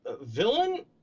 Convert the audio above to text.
villain